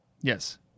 Yes